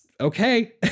okay